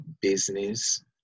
business